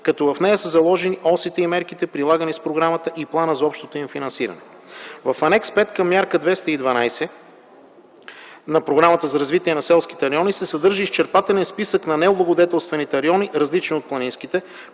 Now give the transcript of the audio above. като в нея са заложени осите и мерките, прилагани с програмата, и планът за общото им финансиране. В Анекс 5 към Мярка 212 на Програмата за развитие на селските райони се съдържа изчерпателен списък на необлагодетелстваните райони, различни от планинските,